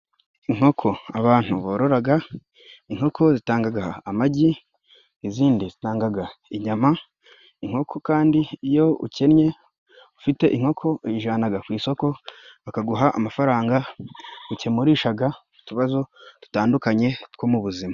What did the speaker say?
Inkoko abantu bororaga, inkoko zitangaga amagi, izindi zitangaga inyama, inkoko kandi iyo ukennye ufite inkoko uyijanaga ku isoko bakaguha amafaranga ukemurishaga utubazo dutandukanye two mu buzima.